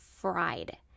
fried